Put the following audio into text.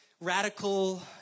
radical